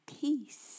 peace